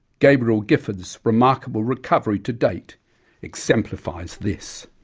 gabrielle gifford's remarkable recovery to date exemplifies this.